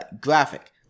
graphic